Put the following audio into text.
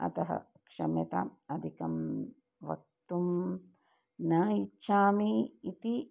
अतः क्षम्यताम् अधिकं वक्तुं न इच्छामि इति